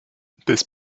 this